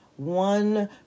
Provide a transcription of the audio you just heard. One